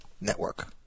Network